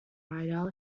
writer